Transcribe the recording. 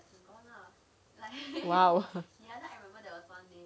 !wow!